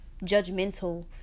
judgmental